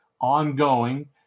ongoing